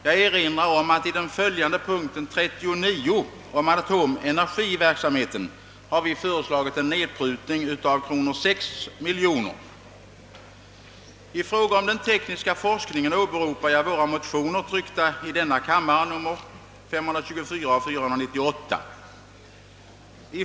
Jag vill påpeka att vi samtidigt vid den följande punkten 39 om atomenergiverksamheten föreslagit en nedprutning av anslaget med 6 miljoner kronor. I fråga om den tekniska forskningen åberopar jag våra motioner 524 och 498, tryckta i denna kammare.